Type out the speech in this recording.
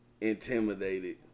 intimidated